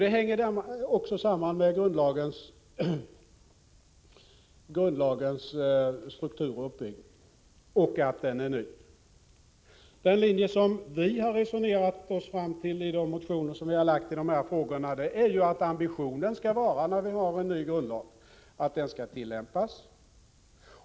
Det hänger bl.a. samman med grundlagens struktur och uppbyggnad och med att den är ny. Den linje som vi för vår del resonerat oss fram till i de motioner som vi väckt i dessa frågor är att ambitionen skall vara, när vi har en ny grundlag, att grundlagen skall tillämpas.